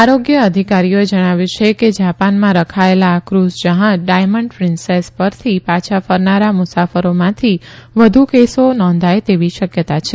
આરોગ્ય અધિકારીઓએ જણાવ્યું કે જાપાનમાં રખાયેલા આ ક્રઝ જ્રહાજ ડાયમંડ પ્રિન્સેસ પરથી પાછા ફરનારા મુસાફરોમાંથી વધુ કેસો નોંધાય તેવી શકયતા છ